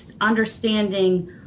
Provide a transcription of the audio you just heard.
understanding